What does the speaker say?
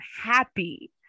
happy